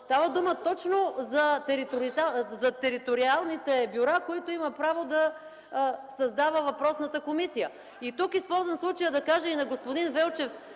Става дума точно за териториалните бюра, които има право да създава въпросната комисия. И тук използвам случая да кажа на господин Велчев: